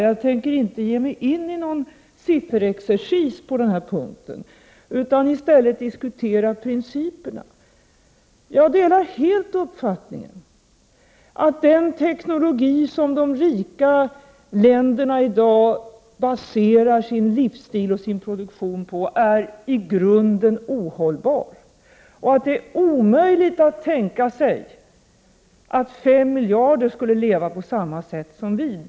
Jag tänker inte ge mig in i någon sifferexercis på den punkten utan i stället diskutera principerna. Jag delar helt uppfattningen att den teknologi som de rika länderna i dag baserar sin livsstil och sin produktion på är i grunden ohållbar och att det är omöjligt att tänka sig att 5 miljarder skulle leva på samma sätt som vi.